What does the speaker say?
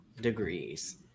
degrees